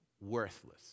worthless